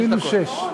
אפילו שש.